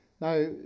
Now